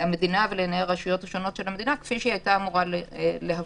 המדינה ולעיני הרשויות השונות של המדינה כפי שהיתה אמורה להוות.